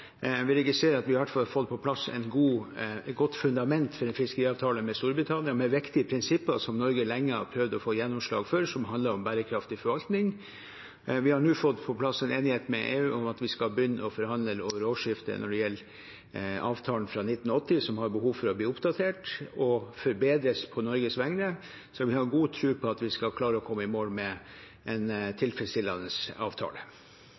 registrerer at vi i hvert fall har fått på plass et godt fundament for fiskeriavtale med Storbritannia, med viktige prinsipper som Norge lenge har prøvd å få gjennomslag for, som handler om bærekraftig forvaltning. Vi har nå fått på plass en enighet med EU om at vi skal begynne å forhandle etter årsskiftet når det gjelder avtalene fra 1980, som har behov for å oppdateres og forbedres på Norges vegne. Vi har god tro på at vi skal klare å komme i mål med en tilfredsstillende avtale.